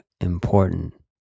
important